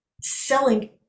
selling